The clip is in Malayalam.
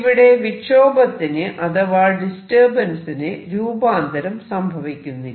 ഇവിടെ വിക്ഷോഭത്തിന് അഥവാ ഡിസ്റ്റർബൻസിന് രൂപാന്തരം സംഭവിക്കുന്നില്ല